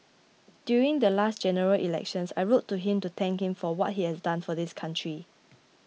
during the last General Elections I wrote to him to thank him for what he has done for this country